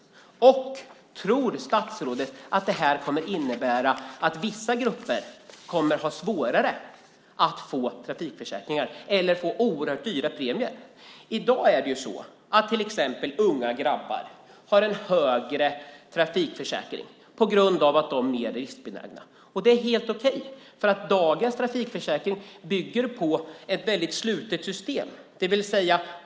Och tror statsrådet att det här kommer att innebära att vissa grupper kommer att ha det svårare att få trafikförsäkringar eller kommer att få oerhört dyra premier? I dag är det ju så att till exempel unga grabbar har en högre trafikförsäkring på grund av att de är mer riskbenägna. Det är helt okej, för dagens trafikförsäkring bygger på ett slutet system.